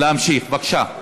להמשיך, בבקשה.